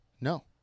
No